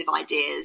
ideas